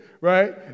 right